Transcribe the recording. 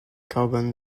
carbon